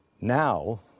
Now